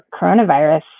coronavirus